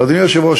אדוני היושב-ראש,